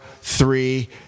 three